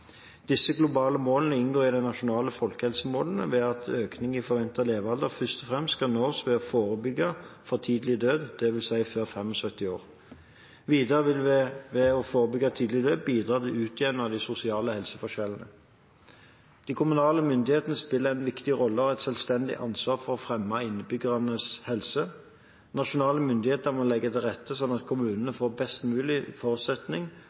Disse globale målene inngår i de nasjonale folkehelsemålene ved at økning i forventet levealder først og fremst skal nås ved å forebygge for tidlig død, dvs. før 75 år. Videre vil vi ved å forebygge tidlig død bidra til å utjevne de sosiale helseforskjellene. De kommunale myndighetene spiller en viktig rolle og har et selvstendig ansvar for å fremme innbyggernes helse. Nasjonale myndigheter må legge til rette slik at kommunene